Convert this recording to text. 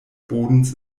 bodens